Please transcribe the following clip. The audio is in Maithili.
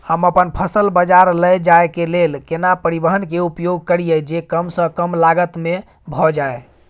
हम अपन फसल बाजार लैय जाय के लेल केना परिवहन के उपयोग करिये जे कम स कम लागत में भ जाय?